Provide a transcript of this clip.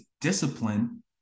discipline